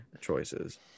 choices